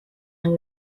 and